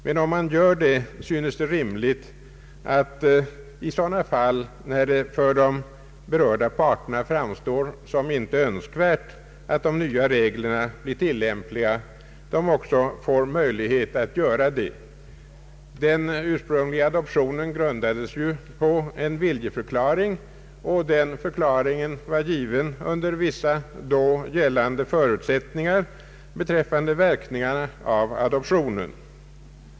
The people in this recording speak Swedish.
Men om vi gör det synes det rimligt att de, i sådana fall när det för de berörda parterna framstår som icke önskvärt att de nya reglerna blir tillämpliga, också beredes möjlighet att låta de gamla gälla. Den ursprungliga adoptionen grundades ju på en viljeförklaring, och den förklaringen var given under vissa då gällande förutsättningar beträffande Ang. ändringar i adoptionslagstiftningen verkningarna av adoptionen.